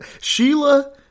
Sheila